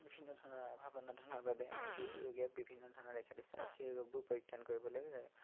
বিভিন্ন ধৰণৰ ভাৱনা ধনৰ বাবে আজি ৰোগে বিভিন্ন ধৰণে দেখা দিছে আৰু সেই ৰোগবোৰ পৰিত্ৰাণ কৰিবলৈ